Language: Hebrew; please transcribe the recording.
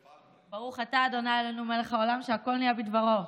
ברוך אתה ה' אלוהינו מלך העולם שהכול נהיה בדברו.